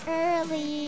early